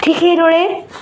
ঠিক সেইদৰে